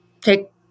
take